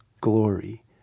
glory